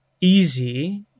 easy